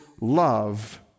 Love